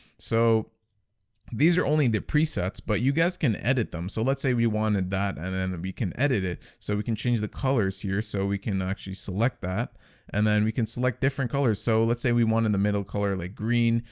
so these are only the presets, but you guys can edit them so let's say we wanted that, and then we can edit it so we can change the colors here, so we can actually select that and then we can select different colors so let's say we want in the middle color like green.